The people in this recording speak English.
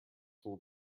will